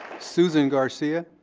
susan garcia.